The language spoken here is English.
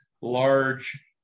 large